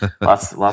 lots